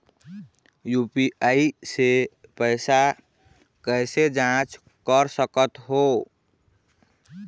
UPI से पैसा कैसे जाँच कर सकत हो?